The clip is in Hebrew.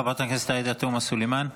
חברת הכנסת עאידה תומא סלימאן,